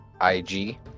I-G